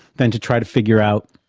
then to try to figure out